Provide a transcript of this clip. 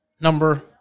Number